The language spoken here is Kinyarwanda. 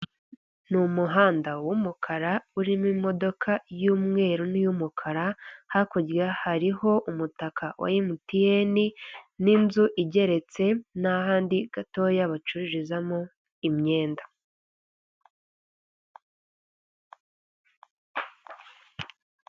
Ni umuhanda w'umukara urimo imodoka y'umweru n'iy'umukara, hakurya hariho umutaka wa Emutiyeni n'inzu igeretse n'ahandi gatoya bacururizamo imyenda.